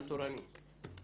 לנתק את הקשר בין המוסד לגביה.